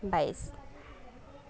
বাইছ